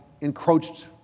encroached